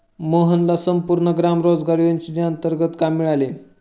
मोहनला संपूर्ण ग्राम रोजगार योजनेंतर्गत काम मिळाले